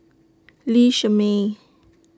Lee Shermay